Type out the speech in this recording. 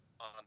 on